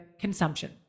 consumption